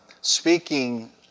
speaking